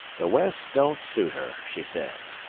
the west don't suit her, she says.